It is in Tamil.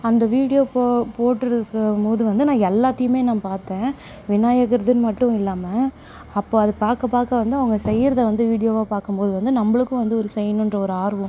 அந்த வீடியோ போ போட்டிருக்கும்போது வந்து நான் எல்லாத்தையுமே நான் பார்த்தேன் விநாயகர் இதுனு மட்டும் இல்லாமல் அப்போ அது பார்க்க பார்க்க வந்து அவங்க செய்கிறது வந்து வீடியோவாக பார்க்கும்போது வந்து நம்மளுக்கும் வந்து ஒரு செய்யணுன்ற ஒரு ஆர்வம்